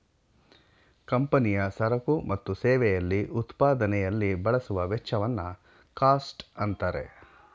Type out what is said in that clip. ಕಂಪನಿಯ ಸರಕು ಮತ್ತು ಸೇವೆಯಲ್ಲಿ ಉತ್ಪಾದನೆಯಲ್ಲಿ ಬಳಸುವ ವೆಚ್ಚವನ್ನು ಕಾಸ್ಟ್ ಅಂತಾರೆ